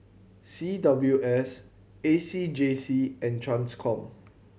C W S A C J C and Transcom